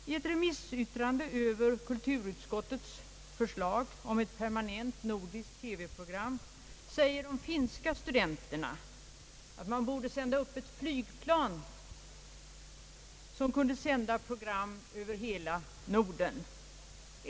I ett remissyttrande över kulturutskottets förslag om ett permanent nordiskt TV-program säger de finska studenterna att man borde sända upp ett flygplan, som kunde sända program över hela Norden.